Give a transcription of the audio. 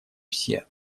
все